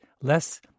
less